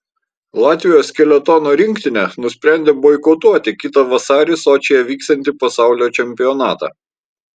latvijos skeletono rinktinė nusprendė boikotuoti kitą vasarį sočyje vyksiantį pasaulio čempionatą